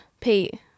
Pete